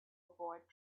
avoid